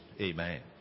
Amen